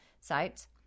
Sites